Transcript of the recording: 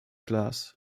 glass